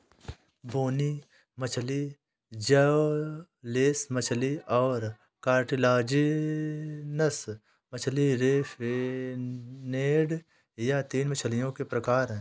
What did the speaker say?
बोनी मछली जौलेस मछली और कार्टिलाजिनस मछली रे फिनेड यह तीन मछलियों के प्रकार है